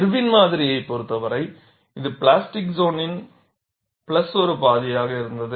Irwin மாதிரியை பொறுத்தவரை இது பிளாஸ்டிக் சோனின் பிளஸ் ஒரு பாதியாக இருந்தது